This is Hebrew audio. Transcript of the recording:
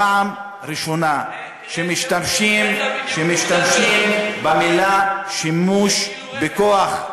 פעם ראשונה שמשתמשים במילים "שימוש בכוח"